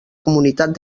comunitat